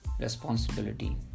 responsibility